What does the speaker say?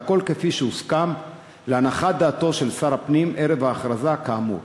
והכול כפי שהוסכם להנחת דעתו של שר הפנים ערב ההכרזה כאמור.